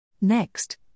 Next